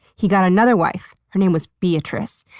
he got another wife her name was beatrice.